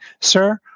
sir